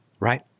Right